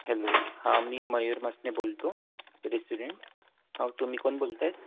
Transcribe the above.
hello हां मी मयूर मसने बोलतो रेसिडेंट हा तुम्ही कोण बोलत आहेत